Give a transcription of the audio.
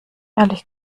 ehrlich